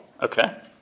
Okay